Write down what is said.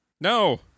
No